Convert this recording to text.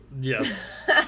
Yes